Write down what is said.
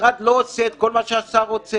המשרד לא עושה את כל מה שהשר רוצה,